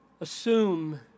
assume